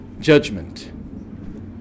judgment